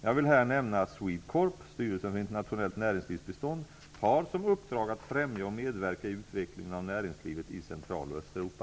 Jag vill här nämna att SWEDECORP, Styrelsen för internationellt näringslivsbistånd, har som uppdrag att främja och medverka i utvecklingen av näringslivet i Centraloch Östeuropa.